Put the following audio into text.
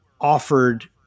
offered